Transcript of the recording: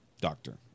doctor